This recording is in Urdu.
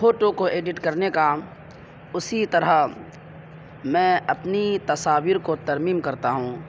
فوٹو جو ایڈیٹ کرنے کا اسی طرح میں اپنی تصاویر کو ترمیم کرتا ہوں